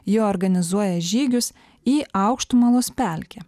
ji organizuoja žygius į aukštumalos pelkę